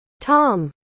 Tom